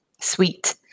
sweet